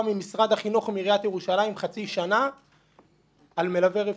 ממשרד החינוך ומעיריית ירושלים על מלווה רפואי?